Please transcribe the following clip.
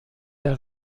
der